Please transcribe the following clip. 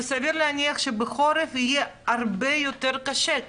וסביר להניח שבחורף יהיה הרבה יותר קשה,